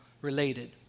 related